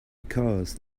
because